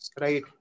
right